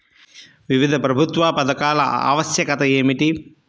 వివిధ ప్రభుత్వా పథకాల ఆవశ్యకత ఏమిటి?